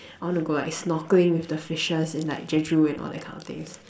I want to go like snorkeling with the fishes and like jeju and all that kind of things